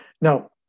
Now